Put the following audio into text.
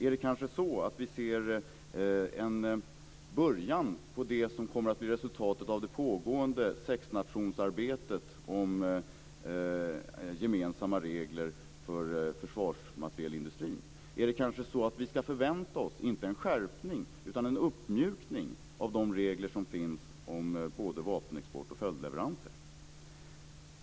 Är det kanske så att vi ser en början på det som kommer att bli resultatet av det pågående sexnationsarbetet om gemensamma regler för försvarsmaterielindustrin? Är det kanske så att vi inte ska förvänta oss en skärpning utan en uppmjukning av de regler som finns om både vapenexport och följdleveranser?